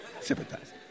Sympathize